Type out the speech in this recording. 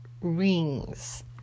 rings